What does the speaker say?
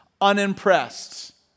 Unimpressed